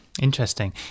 interesting